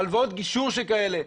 הלוואות גישור שכאלה.